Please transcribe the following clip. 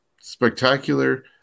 spectacular